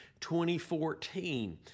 2014